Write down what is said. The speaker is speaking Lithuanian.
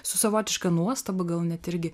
su savotiška nuostaba gal net irgi